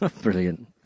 Brilliant